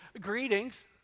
greetings